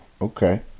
okay